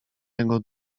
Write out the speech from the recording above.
jego